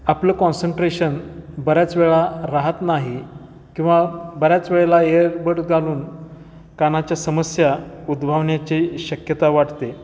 आपलं कॉन्सन्ट्रेशन बऱ्याच वेळा राहत नाही किंवा बऱ्याच वेळेला एअरबड घालून कानाच्या समस्या उद्भवण्याची शक्यता वाटते